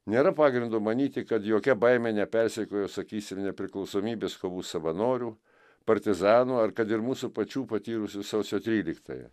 nėra pagrindo manyti kad jokia baimė nepersekioja sakysim nepriklausomybės kovų savanorių partizanų ar kad ir mūsų pačių patyrusių sausio tryliktąją